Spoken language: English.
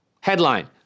headline